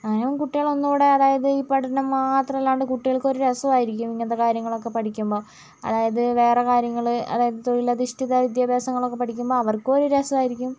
അങ്ങനെയാവുമ്പോൾ കുട്ടികൾ ഒന്നുകൂടെ അതായത് ഈ പഠനം മാത്രല്ലാണ്ട് കുട്ടികൾക്കൊരു രസവുമായിരിക്കും ഇങ്ങനത്തെ കാര്യങ്ങളൊക്കെ പഠിക്കുമ്പം അതായത് വേറെ കാര്യങ്ങൾ അതായത് തൊഴിലധിഷ്ഠിത വിദ്യാഭ്യാസങ്ങളൊക്കെ പഠിക്കുമ്പോൾ അവർക്കും ഒരു രസമായിരിക്കും